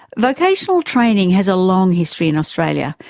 vocational training has a long history in australia,